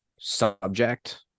subject